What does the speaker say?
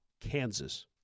Kansas